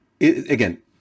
again